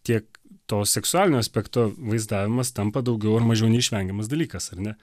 tiek to seksualinio aspekto vaizdavimas tampa daugiau ar mažiau neišvengiamas dalykas ar ne